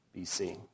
BC